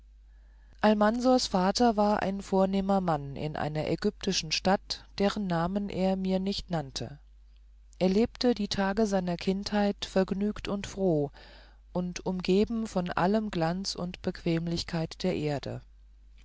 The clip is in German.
almansors vater war ein vornehmer mann in einer ägyptischen stadt deren namen er mir nicht nannte er lebte die tage seiner kindheit vergnügt und froh und umgeben von allem glanz und bequemlichkeit der erde